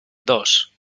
dos